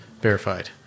verified